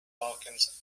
falcons